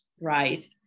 Right